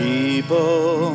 People